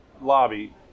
lobby